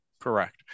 Correct